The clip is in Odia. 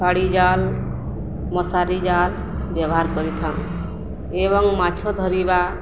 ଫାଡ଼ି ଜାଲ ମଶାରି ଜାଲ ବ୍ୟବହାର କରିଥାଉ ଏବଂ ମାଛ ଧରିବା